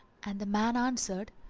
and the man answered,